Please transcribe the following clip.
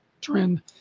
trend